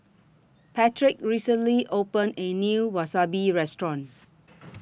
Patrick recently opened A New Wasabi Restaurant